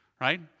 Right